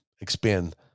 expand